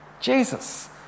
Jesus